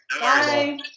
Bye